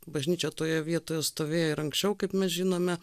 bažnyčia toje vietoje stovėjo ir anksčiau kaip mes žinome